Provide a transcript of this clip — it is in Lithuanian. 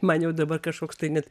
man jau dabar kažkoks tai net